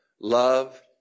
Love